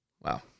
Wow